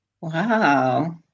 Wow